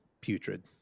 putrid